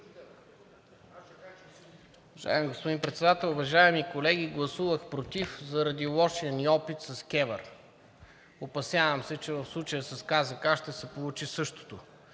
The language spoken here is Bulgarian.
Уважаеми господин Председател, уважаеми колеги! Гласувах против заради лошия ни опит с КЕВР. Опасявам се, че в случая с КЗК ще се получи същото